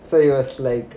so it was like